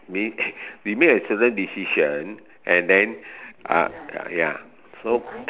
we we make a certain decision and then uh ya so